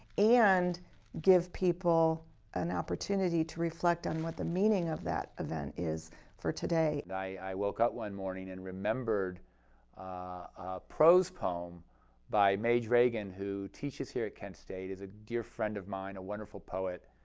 and give people an opportunity to reflect on what the meaning of that event is for today. and i woke up one morning and remembered a prose poem by maj regan who teaches here at ken state is a dear friend of mine. a wonderful poet.